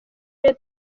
niwe